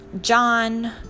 John